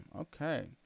okay